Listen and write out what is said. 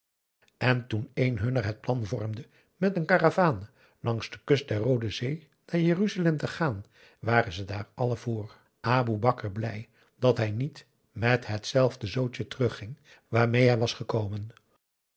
en toen een hunner het plan vormde met een karavaan langs de kust der roode zee naar jeruzalem te gaan waren ze daar allen voor aboe bakar blij dat hij niet met hetzelfde zoodje terugging waarmee hij was gekomen